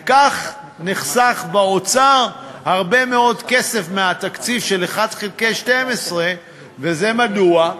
וכך נחסך באוצר הרבה מאוד כסף מהתקציב של 1 חלקי 12. וזה מדוע?